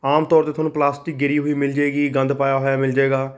ਆਮ ਤੌਰ 'ਤੇ ਤੁਹਾਨੂੰ ਪਲਾਸਟਿਕ ਗਿਰੀ ਹੋਈ ਮਿਲ ਜਾਏਗੀ ਗੰਦ ਪਾਇਆ ਹੋਇਆ ਮਿਲ ਜਾਏਗਾ